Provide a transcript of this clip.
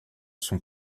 sont